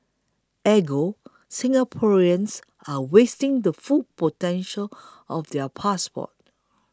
Ergo Singaporeans are wasting the full potential of their passports